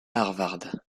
harvard